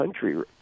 country